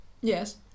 Yes